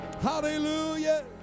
Hallelujah